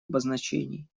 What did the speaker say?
обозначений